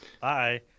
Bye